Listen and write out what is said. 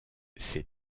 ces